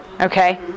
Okay